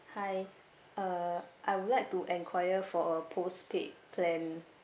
hi uh I would like to enquire for a postpaid plan